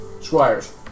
squires